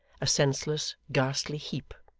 a senseless, ghastly heap.